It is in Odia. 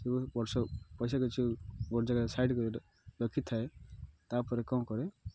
ସବୁ ବର୍ଷ ପଇସା କିଛି ଗୋଟେ ଜାଗାରେ ସାଇଡ଼ ରଖିଥାଏ ତାପରେ କ'ଣ କରେ